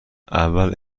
اول